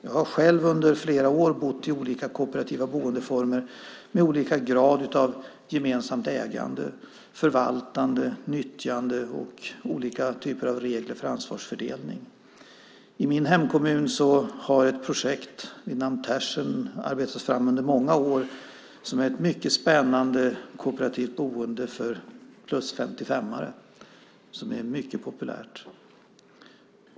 Jag har själv under flera år bott i olika kooperativa boendeformer med olika grad av gemensamt ägande, förvaltande och nyttjande och olika typer av regler för ansvarsfördelning. I min hemkommun har ett projekt vid namn Tersen arbetats fram under många år. Det är ett mycket spännande och populärt kooperativt boende för 55-plussare.